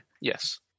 Yes